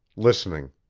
listening.